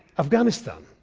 afghanistan,